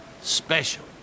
special